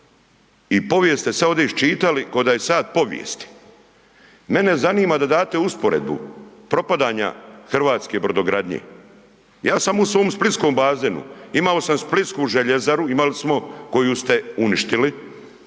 i povijest ste sad ovdje iščitali ko da je sat povijesti. Mene zanima da date usporedbu propadanja hrvatske brodogradnje, ja sam u svom splitskom bazenu, imali smo splitsku željezaru, imali smo koju ste uništili.